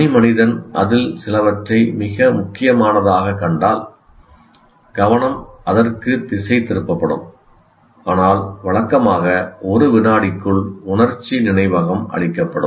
தனிமனிதன் அதில் சிலவற்றை மிக முக்கியமானதாகக் கண்டால் கவனம் அதற்குத் திசைதிருப்பப்படும் ஆனால் வழக்கமாக ஒரு வினாடிக்குள் உணர்ச்சி நினைவகம் அழிக்கப்படும்